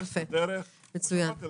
מצוין.